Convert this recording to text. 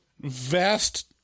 vast